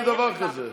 לא ראיתי דבר כזה.